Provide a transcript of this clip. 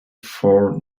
for